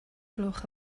gloch